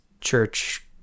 Church